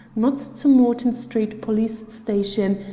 not to morton street police station,